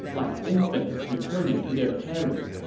like infants returning to their parents.